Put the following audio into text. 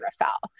Rafael